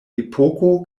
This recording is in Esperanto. epoko